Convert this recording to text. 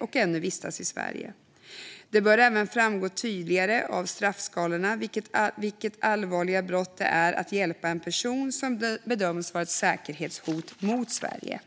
som ännu vistas i Sverige. Det bör även framgå tydligare av straffskalorna vilket allvarligt brott det är att hjälpa en person som bedömts vara ett säkerhetshot mot Sverige.